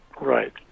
Right